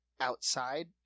outside